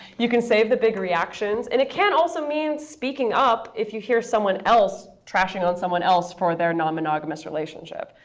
you can save the big reactions. and it can also mean speaking up if you hear someone else trashing on someone else for their non-monogamous relationship.